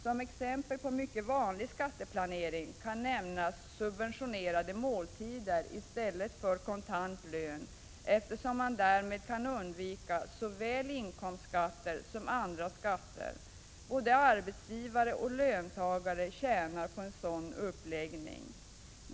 Som exempel på mycket vanlig skatteplanering kan nämnas subventionerade måltider i stället för kontant lön, eftersom man därmed kan undvika såväl inkomstskatter som andra skatter. Både arbetsgivare och löntagare tjänar på en sådan uppläggning.